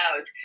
out